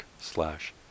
slash